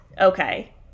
Okay